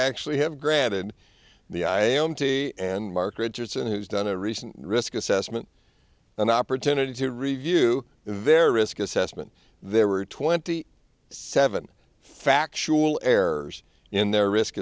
actually have granted the i am tea and mark richardson who's done a recent risk assessment an opportunity to review their risk assessment there were twenty seven factual errors in their risk